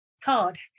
card